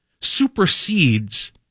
supersedes